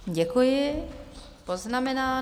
Děkuji, poznamenáno.